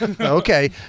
Okay